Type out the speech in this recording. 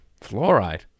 fluoride